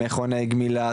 כמו מכוני גמילה,